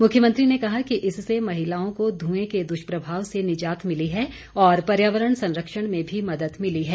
मुख्यमंत्री ने कहा कि इससे महिलाओं को धुंए के दुष्प्रभाव से निजात मिली है और पर्यावरण संरक्षण में भी मदद मिली है